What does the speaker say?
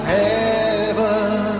heaven